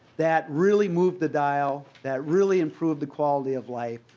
that really moved the dial that really improve the quality of life.